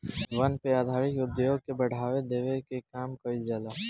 वन पे आधारित उद्योग के बढ़ावा देवे के काम कईल जाला